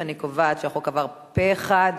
מס' 5) (הודעת תשלום קנס בשל חנייה אסורה),